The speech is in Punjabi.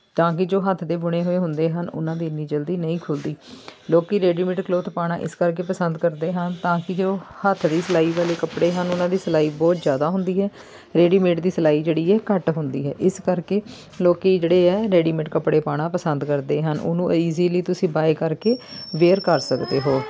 ਤਾਂ ਕਿ ਜੋ ਹੱਥ ਦੇ ਬੁਣੇ ਹੋਏ ਹੁੰਦੇ ਹਨ ਉਹਨਾਂ ਦੀ ਇੰਨੀ ਜਲਦੀ ਨਹੀਂ ਖੁੱਲ੍ਹਦੀ ਲੋਕ ਰੈਡੀਮੇਡ ਕਲੋਥ ਪਾਉਣਾ ਇਸ ਕਰਕੇ ਪਸੰਦ ਕਰਦੇ ਹਨ ਤਾਂ ਕਿ ਜੋ ਹੱਥ ਦੀ ਸਿਲਾਈ ਵਾਲੇ ਕੱਪੜੇ ਹਨ ਉਹਨਾਂ ਦੀ ਸਿਲਾਈ ਬਹੁਤ ਜ਼ਿਆਦਾ ਹੁੰਦੀ ਹੈ ਰੈਡੀਮੇਡ ਦੀ ਸਿਲਾਈ ਜਿਹੜੀ ਹੈ ਘੱਟ ਹੁੰਦੀ ਹੈ ਇਸ ਕਰਕੇ ਲੋਕ ਜਿਹੜੇ ਹੈ ਰੈਡੀਮੇਡ ਕੱਪੜੇ ਪਾਉਣਾ ਪਸੰਦ ਕਰਦੇ ਹਨ ਉਹਨੂੰ ਈਜ਼ੀਲੀ ਤੁਸੀਂ ਬਾਏ ਕਰਕੇ ਵੇਅਰ ਕਰ ਸਕਦੇ ਹੋ